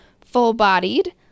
full-bodied